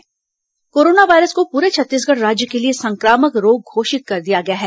corona संक्रामक रोग coronavirus को पूरे छत्तीसगढ़ राज्य के लिए संक्रामक रोग घोषित कर दिया गया है